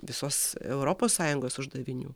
visos europos sąjungos uždavinių